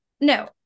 no